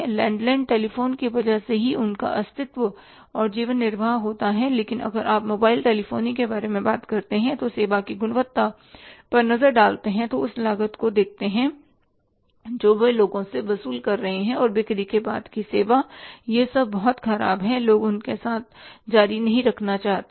landline telephone की वजह से ही उनका अस्तित्व और जीवन निर्वाह होता है लेकिन अगर आप मोबाइल टेलीफ़ोन के बारे में बात करते हैं सेवा की गुणवत्ता पर नज़र डालते हैं उस लागत को देखते हैं जो वे लोगों से वसूल रहे हैं और बिक्री के बाद की सेवा यह सब बहुत खराब है और लोग उनके साथ जारी नहीं रखना चाहते हैं